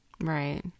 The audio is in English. Right